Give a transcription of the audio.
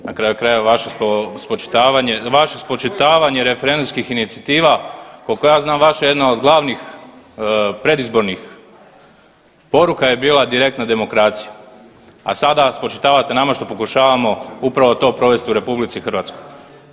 Na kraju krajeva vaše spočitavanje, vaše spočitavanje referendumskih inicijativa kolko ja znam vaša jedna od glavnih predizbornih poruka je bila direktna demokracija, a sada spočitavate nama što pokušavamo upravo to provesti u RH.